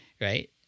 right